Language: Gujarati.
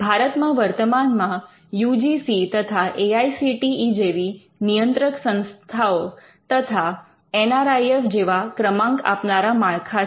ભારતમાં વર્તમાનમાં યુ જી સી તથા A I C T E જેવી નિયંત્રક સંસ્થાઓ તથા એન આર આઇ એફ જેવા ક્રમાંક આપનારા માળખા છે